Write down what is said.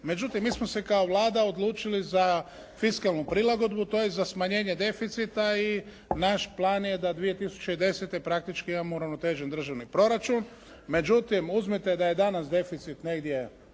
međutim mi smo se kao Vlada odlučili za fiskalnu prilagodbu, to je za smanjenje deficita i naš plan je da 2010. praktički imamo uravnotežen državni proračun. Međutim, uzmite da je danas deficit negdje